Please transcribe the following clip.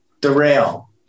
derail